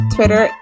Twitter